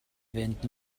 fynd